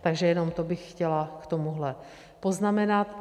Takže jenom to bych chtěla k tomuhle poznamenat.